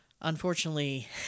unfortunately